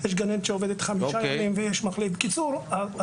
יש גננת שעובדת חמישה ימים ויש מחליפה ליום אחד.